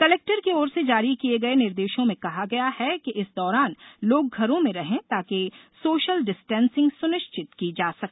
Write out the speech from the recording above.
collector की ओर से जारी किये गये निर्देशों में कहा गया है कि इस दौरान लोग घरों में रहे ताकि सोशल डिस्टेंसिंग सुनिश्चित की जा सके